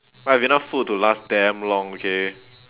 I have enough food to last damn long okay